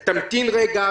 עונים לו: תמתין רגע,